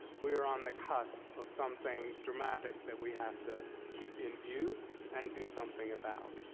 we are on the cusp of something dramatic that we have to keep in view and do something about.